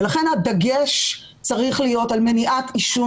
לכן הדגש צריך להיות על מניעת עישון